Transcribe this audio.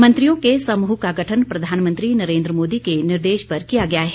मंत्रियों के समूह का गठन प्रधानमंत्री नरेन्द्र मोदी के निर्देश पर किया गया है